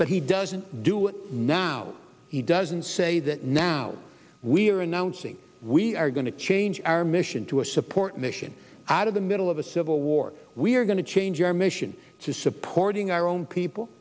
but he doesn't do it now he doesn't say that now we are announcing we are going to change our mission to a support mission out of the middle of a civil war we are going to change our mission to supporting our own people